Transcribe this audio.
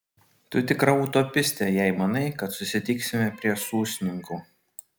tu tikra utopistė jei manai kad susitiksime prie sūsninkų